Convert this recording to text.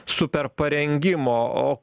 super parengimo o